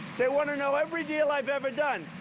they want to know every deal i've ever done.